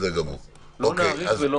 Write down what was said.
לא נאריך.